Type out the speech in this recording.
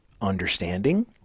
understanding